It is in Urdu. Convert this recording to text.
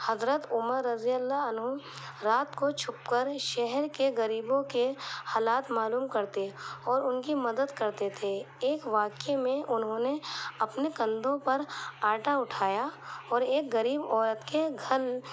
حضرت عمر رضی اللہ عنہ رات کو چھپ کر شہر کے غریبوں کے حالات معلوم کرتے اور ان کی مدد کرتے تھے ایک واقعے میں انہوں نے اپنے کندھوں پر آٹا اٹھایا اور ایک غریب عورت کے گھر